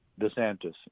DeSantis